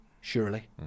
surely